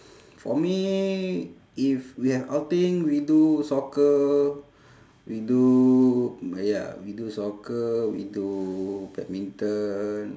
for me if we have outing we do soccer we do mm ya we do soccer we do badminton